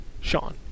Sean